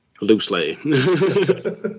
loosely